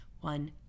one